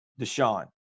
Deshaun